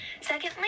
Secondly